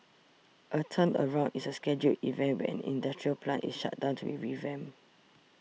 a turnaround is a scheduled event where an industrial plant is shut down to be revamped